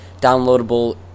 downloadable